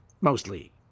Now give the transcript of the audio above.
mostly